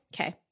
Okay